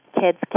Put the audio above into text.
kids